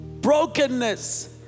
brokenness